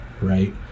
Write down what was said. right